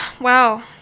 wow